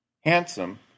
Handsome